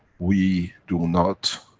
we do not,